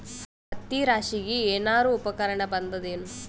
ಹತ್ತಿ ರಾಶಿಗಿ ಏನಾರು ಉಪಕರಣ ಬಂದದ ಏನು?